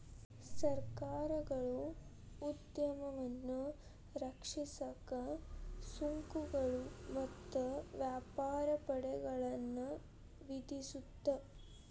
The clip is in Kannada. ಸರ್ಕಾರಗಳು ಉದ್ಯಮವನ್ನ ರಕ್ಷಿಸಕ ಸುಂಕಗಳು ಮತ್ತ ವ್ಯಾಪಾರ ತಡೆಗಳನ್ನ ವಿಧಿಸುತ್ತ